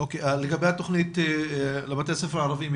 לגבי התכנית לבתי הספר הערביים,